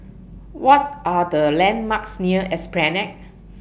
What Are The landmarks near Esplanade